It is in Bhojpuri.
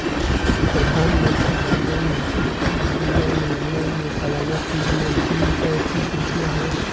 प्रधानमंत्री जीवन ज्योति बीमा योजना में सलाना प्रीमियम तीन सौ तीस रुपिया हवे